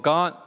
God